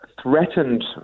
threatened